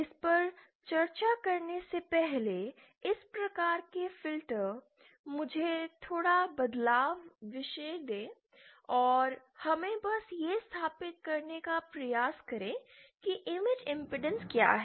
इस पर चर्चा करने से पहले इस प्रकार के फ़िल्टर मुझे थोड़ा बदलाव विषय दें और हमें बस यह स्थापित करने का प्रयास करें कि इमेज इमपेडेंस क्या है